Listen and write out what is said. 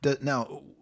Now